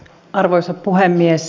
arvoisa puhemies